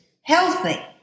healthy